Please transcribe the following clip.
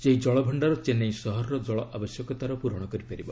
ସେହି ଜଳ ଭଣ୍ଡାର ଚେନ୍ନାଇ ସହରର ଜଳ ଆବଶ୍ୟକତାର ପୂରଣ କରିପାରିବ